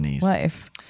life